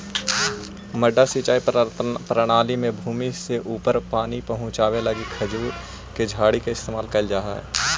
मड्डा सिंचाई प्रणाली में भूमि से ऊपर पानी पहुँचावे लगी खजूर के झाड़ी के इस्तेमाल कैल जा हइ